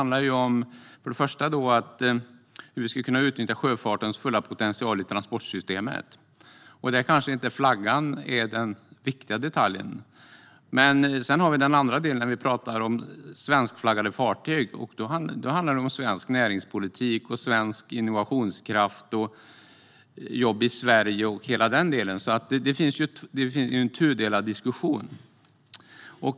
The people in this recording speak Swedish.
Den första handlar om hur vi ska kunna utnyttja sjöfartens fulla potential i transportsystemet. Där kanske inte flaggan är den viktiga detaljen. Den andra delen när vi pratar om svenskflaggade fartyg handlar om svensk näringspolitik och innovationskraft, jobb i Sverige och hela den biten. Diskussionen är tudelad.